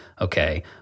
okay